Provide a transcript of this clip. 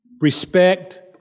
respect